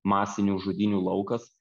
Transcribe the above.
masinių žudynių laukas